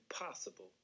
impossible